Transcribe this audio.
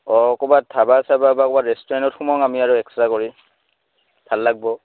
অঁ ক'ৰবাত ধাবা চাবা বা ক'ৰবাত ৰেষ্টুৰেণ্টত সোমাও আমি আৰু এক্সট্ৰা কৰি ভাল লাগব